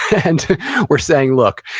and we're saying, look,